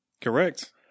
correct